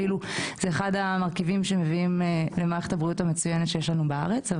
זה אפילו אחד המרכיבים שמביאים למערכת הבריאות המצוינת שיש לנו בארץ,